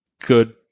good